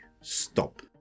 stop